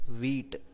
wheat